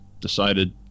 decided